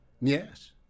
Yes